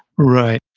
right.